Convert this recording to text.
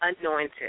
anointed